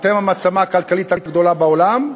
אתם המעצמה הכלכלית הגדולה בעולם,